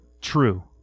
True